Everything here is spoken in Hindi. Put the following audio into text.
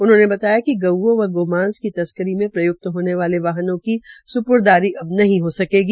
उन्होंने बताया कि गऊओं व गोमांस की तस्करी में प्रय्क्त होने वाले वाहनों की सुपुर्दारी अब नहीं सके सकेगी